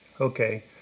Okay